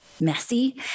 messy